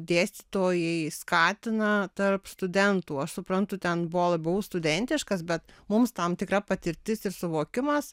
dėstytojai skatina tarp studentų aš suprantu ten buvo labiau studentiškas bet mums tam tikra patirtis ir suvokimas